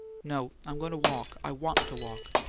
no, i'm going to walk i want to walk.